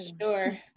sure